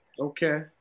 Okay